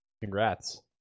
Congrats